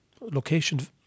location